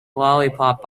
lollipop